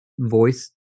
voice